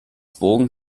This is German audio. bogen